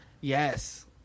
Yes